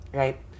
right